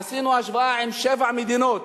עשינו השוואה עם שבע מדינות